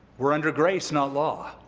we're under grace, not law.